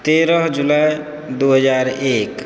तेरह जुलाइ दू हजार एक